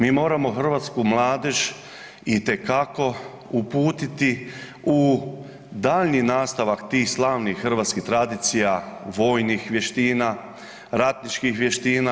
Mi moramo hrvatsku mladež itekako uputiti u daljnji nastavak tih slavnih hrvatskih tradicija vojnih vještina, ratničkih vještina.